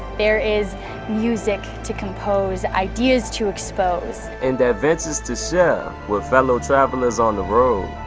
there is music to compose, ideas to expose. and adventures to share with fellow travelers on the road.